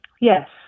Yes